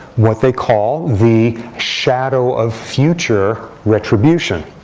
what they call the shadow of future retribution.